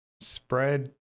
spread